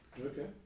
Okay